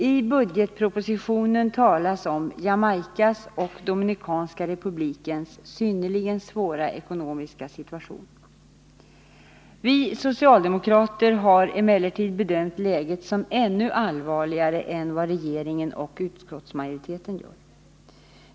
I budgetpropositionen talas om ”Jamaicas och Dominikanska republikens synnerligen svåra ekonomiska situation”. Vi socialdemokrater har emellertid bedömt läget som ännu allvarligare än vad regeringen och utskottsmajoriteten gör.